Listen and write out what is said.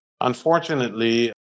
unfortunately